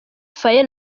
faye